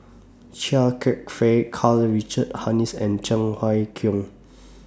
Chia Kwek Fah Karl Richard Hanitsch and Cheng Wai Keung